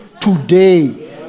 today